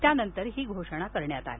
त्यानंतर ही घोषणा करण्यात आली